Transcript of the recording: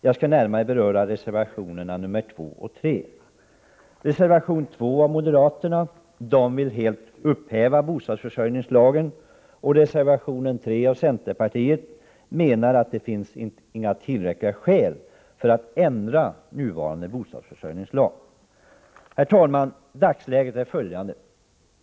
Jag skall närmare beröra reservationerna 2 och 3. I reservation 2 vill moderaterna helt upphäva bostadsförsörjningslagen, och centerpartiet menar i reservation 3 att det inte finns tillräckliga skäl för att ändra nuvarande bostadsförsörjningslag. Herr talman! Dagsläget är följande.